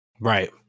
Right